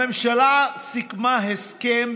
הממשלה סיכמה הסכם,